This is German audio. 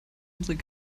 unsere